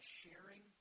sharing